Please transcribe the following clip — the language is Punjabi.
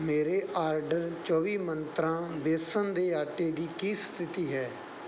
ਮੇਰੇ ਆਰਡਰ ਚੌਵੀ ਮੰਤਰਾ ਬੇਸਣ ਦੇ ਆਟੇ ਦੀ ਕੀ ਸਥਿਤੀ ਹੈ